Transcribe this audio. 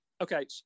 okay